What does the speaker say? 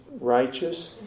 righteous